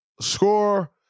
score